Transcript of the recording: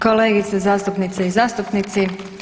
Kolegice, zastupnice i zastupnici.